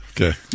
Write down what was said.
Okay